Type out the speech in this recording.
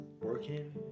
working